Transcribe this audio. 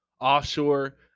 offshore